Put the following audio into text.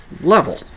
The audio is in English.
level